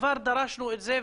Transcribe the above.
כבר דרשנו את זה,